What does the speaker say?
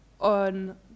on